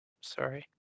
Sorry